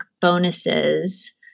bonuses